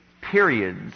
periods